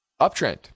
uptrend